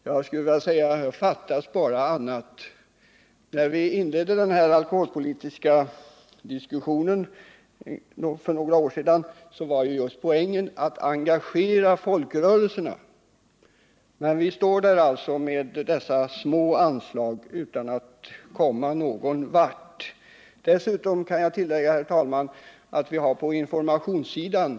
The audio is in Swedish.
Jag skulle vilja säga: Fattas bara annat! När vi inledde den alkoholpolitiska diskussionen för några år sedan var poängen just att försöka engagera folkrörelserna. Här står vi alltså med dessa små anslag, utan att komma någon vart. Jag kan, herr talman, tillägga att vi har samma situation på informationssidan.